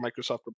Microsoft